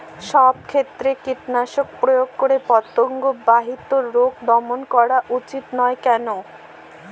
সব ক্ষেত্রে কীটনাশক প্রয়োগ করে পতঙ্গ বাহিত রোগ দমন করা উচিৎ নয় কেন?